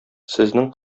сезнең